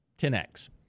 10x